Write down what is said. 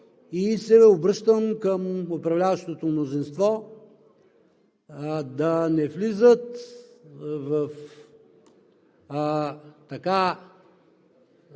и се обръщам към управляващото мнозинство да не влизат в